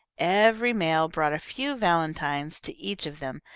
every mail brought a few valentines to each of them,